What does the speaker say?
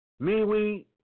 MeWe